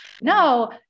no